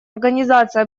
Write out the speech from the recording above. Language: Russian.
организация